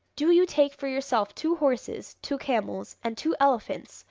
do you take for yourself two horses, two camels, and two elephants,